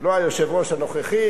לא היושב-ראש הנוכחי,